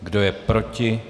Kdo je proti?